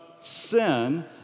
sin